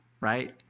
right